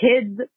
kids